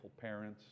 parents